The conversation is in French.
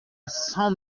cent